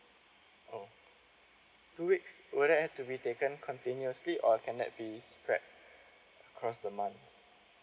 oh two weeks would that have to be taken continuously or can that be spread across the months